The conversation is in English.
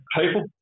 people